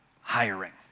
hiring